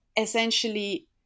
essentially